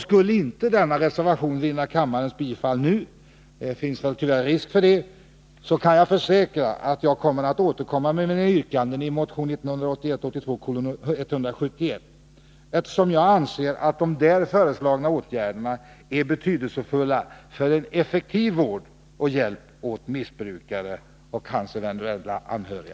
Skulle inte denna 53 reservation vinna kammarens bifall nu — det finns tyvärr risk för det — försäkrar jag att jag återkommer med mina yrkanden i motion nr 171, eftersom jag anser att de där föreslagna åtgärderna är betydelsefulla för effektiv vård och hjälp åt missbrukare och deras eventuella anhöriga.